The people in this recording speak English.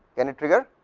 and it trigger,